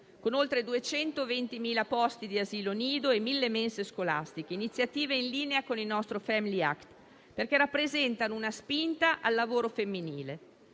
con oltre 220.000 posti di asilo nido e 1.000 mense scolastiche; iniziative in linea con il nostro Family act, perché rappresentano una spinta al lavoro femminile,